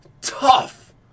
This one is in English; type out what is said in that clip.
tough